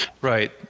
Right